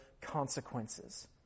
consequences